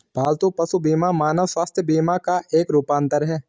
पालतू पशु बीमा मानव स्वास्थ्य बीमा का एक रूपांतर है